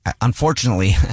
unfortunately